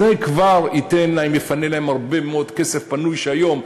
זה כבר יפנה להם הרבה מאוד כסף שהיום,